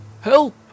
Help